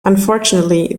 unfortunately